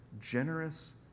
generous